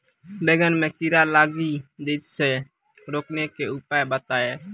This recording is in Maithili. बैंगन मे कीड़ा लागि जैसे रोकने के उपाय बताइए?